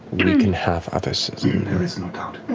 we can have others liam there is no doubt.